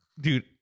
Dude